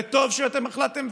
וטוב שאתם החלטתם,